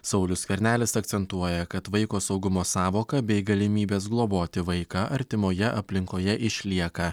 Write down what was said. saulius skvernelis akcentuoja kad vaiko saugumo sąvoka bei galimybės globoti vaiką artimoje aplinkoje išlieka